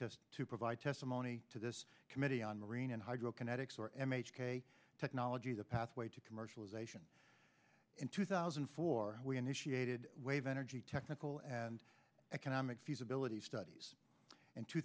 the to provide testimony to this committee on marine and hydro kinetics or m h k technology the pathway to commercialization in two thousand and four we initiated wave energy technical and economic feasibility studies in two